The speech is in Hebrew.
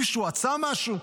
מישהו עשה משהו?